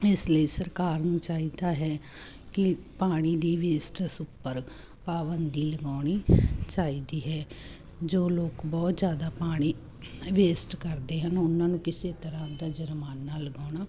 ਇਸ ਲਈ ਸਰਕਾਰ ਨੂੰ ਚਾਹੀਦਾ ਹੈ ਕਿ ਪਾਣੀ ਦੀ ਵੇਸਟੇਸ ਉੱਪਰ ਪਾਬੰਧੀ ਲਗਾਉਣੀ ਚਾਹੀਦੀ ਹੈ ਜੋ ਲੋਕ ਬਹੁਤ ਜਿਆਦਾ ਪਾਣੀ ਵੇਸਟ ਕਰਦੇ ਹਨ ਉਨ੍ਹਾਂ ਨੂੰ ਕਿਸੇ ਤਰ੍ਹਾਂ ਦਾ ਜੁਰਮਾਨਾ ਲਗਾਉਣਾ